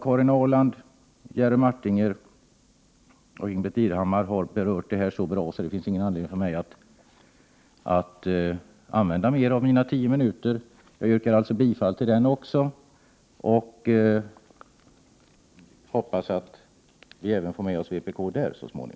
Karin Ahrland, Jerry Martinger och Ingbritt Irhammar har berört denna fråga så bra att det inte finns anledning för mig att använda hela min taletid. Jag yrkar således bifall även till reservation 5 och hoppas att vi så småningom också där återigen får med oss vpk.